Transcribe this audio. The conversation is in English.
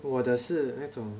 我的是那种